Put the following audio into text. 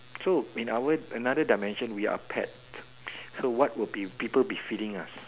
so in our another dimension we are pet so what would be people be feeding us